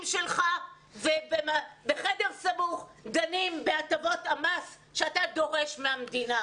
שלך ובחדר סגור דנים בהטבות המס שאתה דורש מהמדינה.